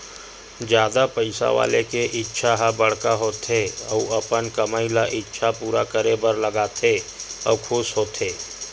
जादा पइसा वाला के इच्छा ह बड़का होथे अउ अपन कमई ल इच्छा पूरा करे बर लगाथे अउ खुस होथे